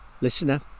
listener